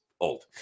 old